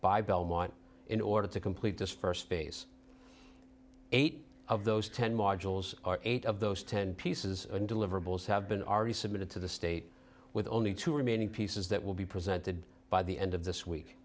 by belmont in order to complete this first phase eight of those ten modules are eight of those ten pieces and deliverables have been already submitted to the state with only two remaining pieces that will be presented by the end of this week